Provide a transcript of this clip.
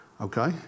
Okay